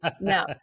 no